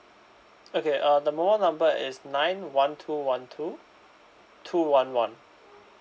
okay uh the mobile number is nine one two one two two one one